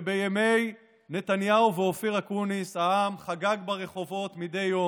ובימי נתניהו ואופיר אקוניס העם חגג ברחובות מדי יום.